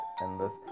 endless